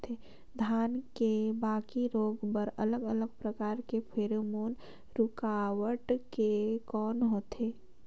धान के बाकी रोग बर अलग अलग प्रकार के फेरोमोन रूकावट के कौन होथे?